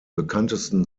bekanntesten